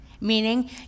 Meaning